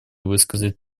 высказать